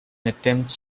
attempts